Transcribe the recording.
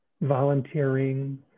volunteering